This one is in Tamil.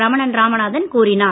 ரமணன் ராமநாதன் கூறினார்